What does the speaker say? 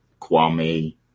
kwame